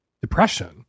depression